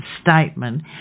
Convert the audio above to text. statement